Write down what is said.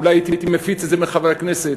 אולי הייתי מפיץ את זה לחברי הכנסת,